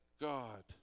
God